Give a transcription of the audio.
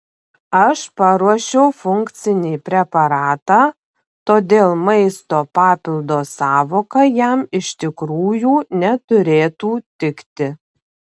aš paruošiau funkcinį preparatą todėl maisto papildo sąvoka jam iš tikrųjų neturėtų tikti